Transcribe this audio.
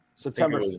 September